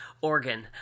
organ